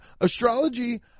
astrology